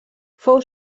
fou